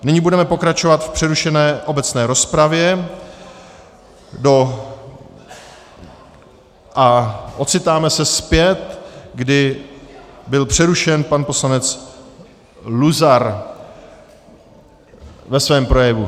Nyní budeme pokračovat v přerušené obecné rozpravě a ocitáme se zpět, kdy byl přerušen pan poslanec Luzar ve svém projevu.